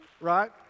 right